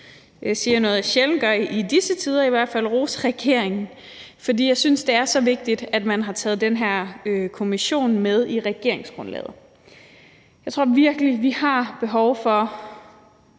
nu siger jeg noget, jeg sjældent gør, i hvert fald i disse tider – rose regeringen, for jeg synes, det er så vigtigt, at man har taget den her kommission med i regeringsgrundlaget. Jeg tror virkelig, vi har behov for